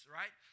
right